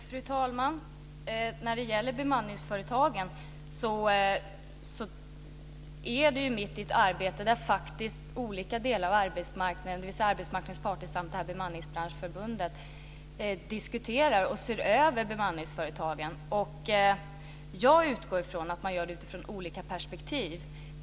Fru talman! När det gäller bemanningsföretagen pågår ett arbete där faktiskt vissa arbetsmarknadens parter och Bemanningsbranschförbundet diskuterar och ser över bemanningsföretagen. Jag utgår från att man gör det ifrån olika perspektiv.